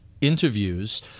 interviews